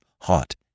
hot